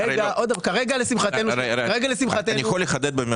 אני יכול לחדד,